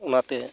ᱚᱱᱟᱛᱮ